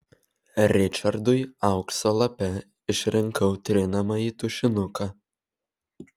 ričardui aukso lape išrinkau trinamąjį tušinuką